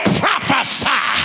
prophesy